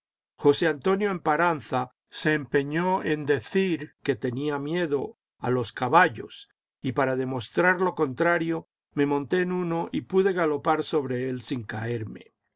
josé antonio emparanza se empeñó en decir que tenía miedo a los caballos y para demostrar lo contrario me monté en uno y pude galopar sobre él sin caerme